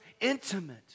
intimate